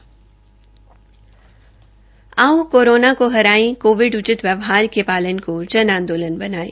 आओ कोरोना को हराए कोविड उचित व्यवहार के पालन को जन आंदोलन बनायें